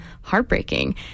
heartbreaking